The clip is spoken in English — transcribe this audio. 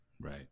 Right